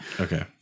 Okay